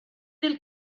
del